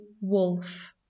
wolf